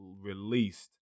released